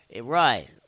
Right